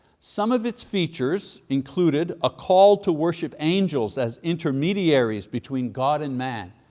some of its features included a call to worship, angels as intermediaries between god and man.